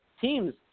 teams